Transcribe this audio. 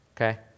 okay